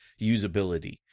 usability